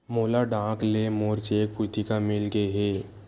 मोला डाक ले मोर चेक पुस्तिका मिल गे हे